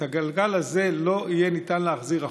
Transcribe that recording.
את הגלגל הזה לא יהיה ניתן להחזיר אחורה.